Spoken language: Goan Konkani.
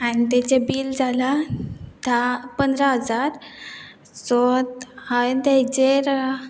आनी तेचें बील जालां धा पंदरा हजार सो हांवें तेजेर